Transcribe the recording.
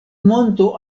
monto